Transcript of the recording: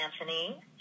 Anthony